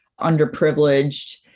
underprivileged